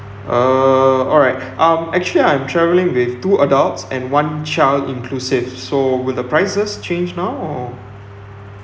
uh alright um actually I'm travelling with two adults and one child inclusive so will the prices change now or